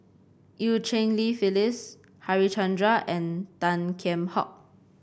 Eu Cheng Li Phyllis Harichandra and Tan Kheam Hock